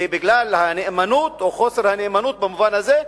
בגלל הנאמנות, או חוסר הנאמנות במובן הזה,